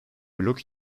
blok